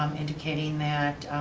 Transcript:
indicating that,